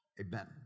amen